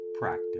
practice